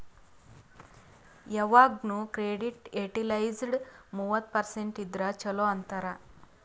ಯವಾಗ್ನು credit utilised ಮೂವತ್ತ percent ಇದ್ದುರ ಛಲೋ ಅಂತಾರ್